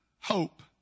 hope